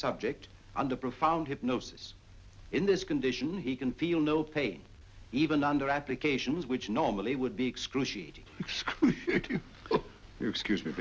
subject under profound hypnosis in this condition he can feel no pain even under applications which normally would be excruciating exclude excuse me